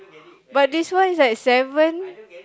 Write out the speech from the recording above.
but this one is at seven